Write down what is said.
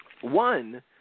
One